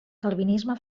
calvinisme